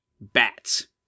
bats